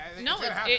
No